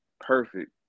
perfect